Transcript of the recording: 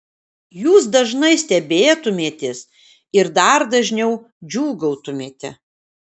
jūs dažnai stebėtumėtės ir dar dažniau džiūgautumėte